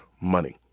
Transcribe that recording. money